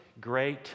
great